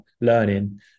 learning